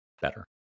better